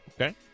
Okay